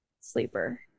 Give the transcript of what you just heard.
sleeper